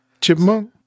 chipmunk